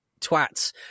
twats